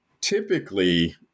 typically